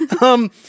Um-